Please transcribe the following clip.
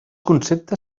concepte